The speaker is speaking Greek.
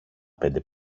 πέντε